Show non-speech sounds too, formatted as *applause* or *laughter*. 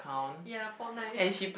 ya fortnite *breath*